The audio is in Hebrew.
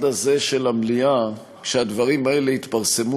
הזה של המליאה כשהדברים האלה התפרסמו,